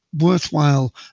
worthwhile